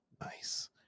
nice